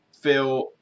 feel